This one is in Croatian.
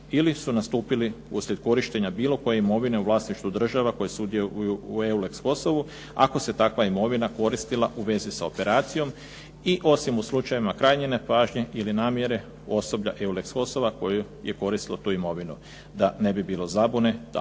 ili su nastupili uslijed korištenja bilo koje imovine u vlasništvu država koje sudjeluju u EULEX Kosovu ako se takva imovina koristila u vezi sa operacijom. I osim u slučajevima krajnje nepažnje ili namjere osoblja, EULEX Kosova koju je koristilo tu imovinu. Da ne bi bilo zabune takvu